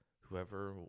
whoever